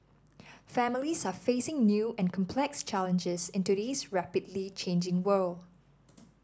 families are facing new and complex challenges in today's rapidly changing world